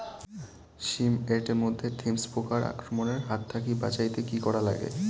শিম এট মধ্যে থ্রিপ্স পোকার আক্রমণের হাত থাকি বাঁচাইতে কি করা লাগে?